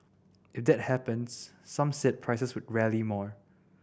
if that happens some said prices could rally more